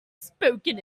spoken